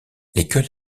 l’école